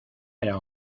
era